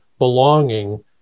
belonging